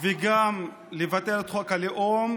וגם לבטל את חוק הלאום,